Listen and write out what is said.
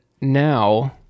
now